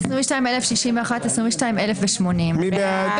22,061 עד 22,080. מי בעד?